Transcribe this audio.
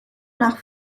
nach